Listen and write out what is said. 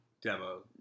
Demo